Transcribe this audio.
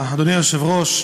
אדוני היושב-ראש,